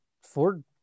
Ford